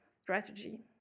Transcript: strategy